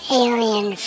alien